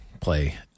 Play